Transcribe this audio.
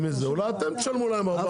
אולי אתם תשמו להן 400 מיליון.